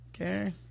okay